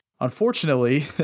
Unfortunately